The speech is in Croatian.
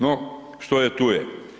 No, što je tu je.